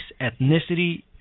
ethnicity